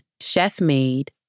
chef-made